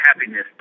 happiness